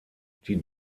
die